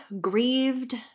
grieved